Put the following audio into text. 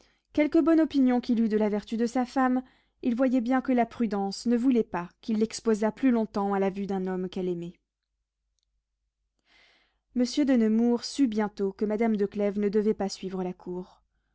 quelque bonne opinion qu'il eût de la vertu de sa femme il voyait bien que la prudence ne voulait pas qu'il l'exposât plus longtemps à la vue d'un homme qu'elle aimait monsieur de nemours sut bientôt que madame de clèves ne devait pas suivre la cour